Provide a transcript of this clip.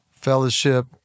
Fellowship